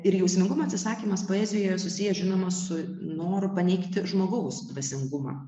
ir jausmingumo atsisakymas poezijoje susijęs žinoma su noru paneigti žmogaus dvasingumą